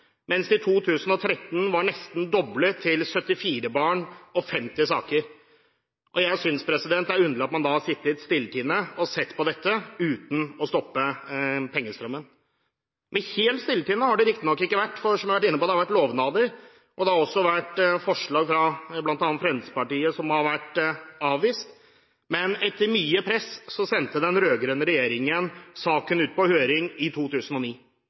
mens det i 2013 var nesten doblet til 74 barn og 50 saker. Jeg synes det er underlig at man har sittet stilltiende og sett på dette uten å stoppe pengestrømmen. Helt stilltiende har man riktignok ikke vært, for – som jeg har vært inne på – det har vært lovnader, og det har også vært forslag fra bl.a. Fremskrittspartiet, som har blitt avvist. Etter mye press sendte den rød-grønne regjeringen saken ut på høring i 2009.